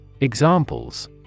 Examples